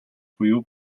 буюу